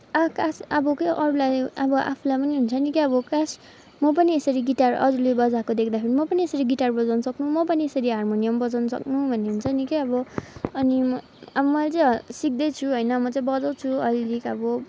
कास अब के अरूलाई अब आफूलाई पनि हुन्छ नि के अब कास म पनि यसरी गिटार अरूले बजाएको देख्दाखेरि म पनि यसरी गिटार बजाउनसक्नु म पनि यसरी हार्मोनियम बजाउनसक्नु भन्ने हुन्छ नि के अब अनि म क्या अब मैले चाहिँ सिक्दैछु होइन म बजाउँछु अलिअलि अब